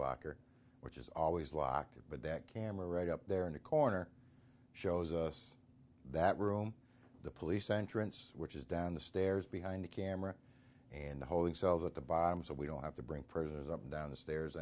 locker which is always locked but that camera right up there in the corner shows us that room the police entrance which is down the stairs behind the camera and the holding cells at the bottom so we don't have to bring prisoners up and down the stairs